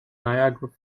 niagara